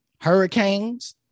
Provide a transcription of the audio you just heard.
hurricanes